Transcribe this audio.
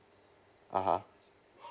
(uh huh)